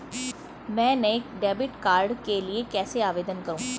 मैं नए debit card के लिए कैसे आवेदन करूं?